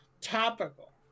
topical